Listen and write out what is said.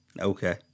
Okay